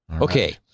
Okay